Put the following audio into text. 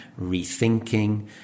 rethinking